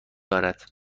دارد